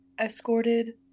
escorted